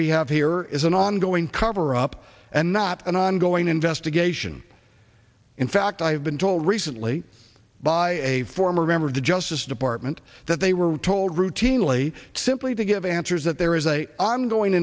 we have here is an ongoing coverup and not an ongoing investigation in fact i've been told recently by a former member of the justice department that they were told routinely simply to give answers that there is a ongoing